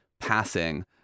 passing